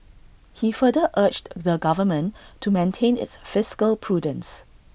he further urged the government to maintain its fiscal prudence